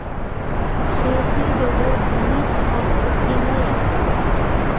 खेती जोगर भूमि छौ की नै?